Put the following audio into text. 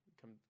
Come